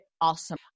awesome